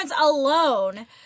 alone